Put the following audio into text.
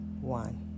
one